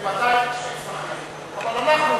בוודאי, אבל אנחנו,